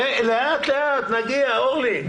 לאט-לאט נגיע, אורלי.